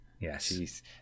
Yes